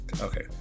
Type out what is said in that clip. okay